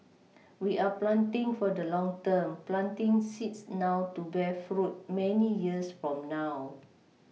we are planting for the long term planting seeds now to bear fruit many years from now